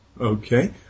Okay